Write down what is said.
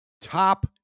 top